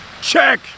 Check